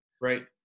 Right